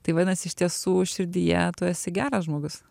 tai vadinasi iš tiesų širdyje tu esi geras žmogus